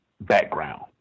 background